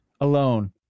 alone